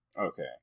Okay